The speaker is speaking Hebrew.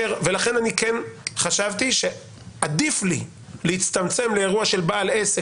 ולכן אני כן חשבתי שעדיף לי להצטמצם לאירוע של בעל עסק